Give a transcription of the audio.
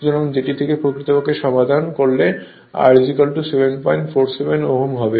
সুতরাং যেটি থেকে প্রকৃতপক্ষে সমাধান করলে R 747 Ω হবে